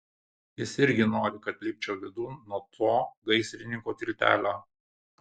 jis irgi nori kad lipčiau vidun nuo to gaisrininkų tiltelio